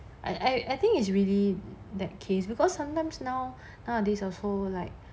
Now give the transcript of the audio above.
I I I think it's really that case because sometimes now nowadays also like